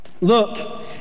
Look